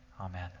Amen